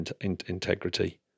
integrity